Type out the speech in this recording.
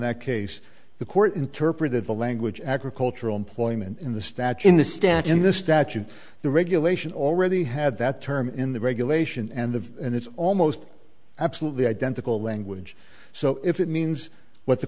that case the court interpreted the language agricultural employment in the statute in the stand in the statute the regulation already had that term in the regulation and the and it's almost absolutely identical language so if it means what the